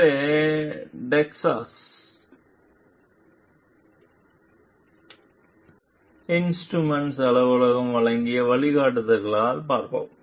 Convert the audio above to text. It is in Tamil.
எனவே டெக்சாஸ் இன்ஸ்ட்ரூமென்ட்ஸ் அலுவலகம் வழங்கிய வழிகாட்டுதல்களால் பார்ப்போம்